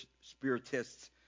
spiritists